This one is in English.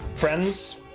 friends